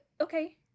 Okay